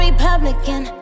Republican